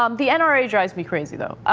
um the n r a drives me crazy them ah.